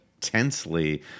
tensely